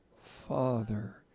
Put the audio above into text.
father